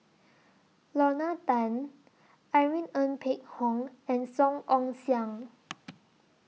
Lorna Tan Irene Ng Phek Hoong and Song Ong Siang